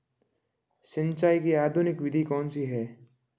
सिंचाई की आधुनिक विधि कौनसी हैं?